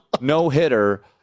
no-hitter